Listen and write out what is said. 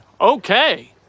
okay